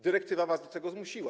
Dyrektywa was do tego zmusiła.